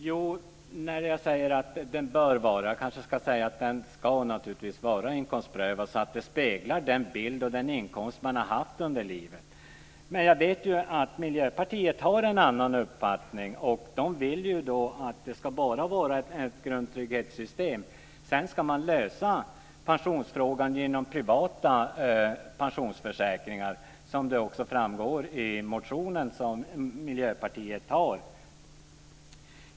Fru talman! Jag sade att den bör vara inkomstprövad. Jag kanske ska säga att den naturligtvis ska vara inkomstprövad, så att den speglar den inkomst som man har haft under livet. Men jag vet ju att man i Miljöpartiet har en annan uppfattning. Man vill att det bara ska vara ett grundtrygghetssystem. Sedan ska man lösa pensionsfrågan genom privata pensionsförsäkringar, vilket också framgår av Miljöpartiets motion.